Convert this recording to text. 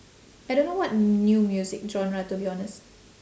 I don't know what new music genre to be honest